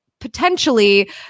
potentially